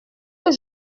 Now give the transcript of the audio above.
que